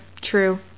True